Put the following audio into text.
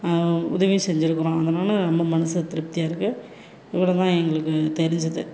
உதவி செஞ்சிருக்குறோம் அதனால் நம்ம மனசு திருப்தியாக இருக்குது இவ்வளோ தான் எங்களுக்கு தெரிஞ்சது